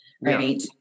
right